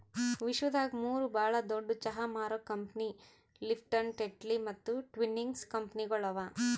ವಿಶ್ವದಾಗ್ ಮೂರು ಭಾಳ ದೊಡ್ಡು ಚಹಾ ಮಾರೋ ಕಂಪನಿ ಲಿಪ್ಟನ್, ಟೆಟ್ಲಿ ಮತ್ತ ಟ್ವಿನಿಂಗ್ಸ್ ಕಂಪನಿಗೊಳ್ ಅವಾ